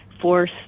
force